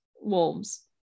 Wolves